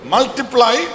Multiply